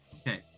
Okay